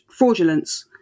fraudulence